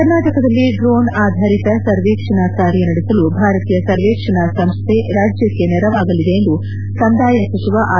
ಕರ್ನಾಟಕದಲ್ಲಿ ಡ್ರೋಣ್ ಆಧರಿತ ಸರ್ವೇಕ್ಷಣಾ ಕಾರ್ಯ ನಡೆಸಲು ಭಾರತೀಯ ಸರ್ವೇಕ್ಷಣಾ ಸಂಸ್ಥೆ ರಾಜ್ಯಕ್ಷೆ ನೆರವಾಗಲಿದೆ ಎಂದು ಕಂದಾಯ ಸಚಿವ ಆರ್